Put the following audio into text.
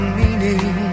meaning